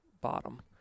bottom